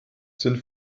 sind